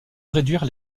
réduire